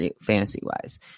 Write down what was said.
fantasy-wise